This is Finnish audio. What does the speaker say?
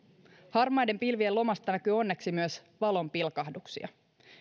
harmaiden pilvien lomasta näkyy onneksi myös valonpilkahduksia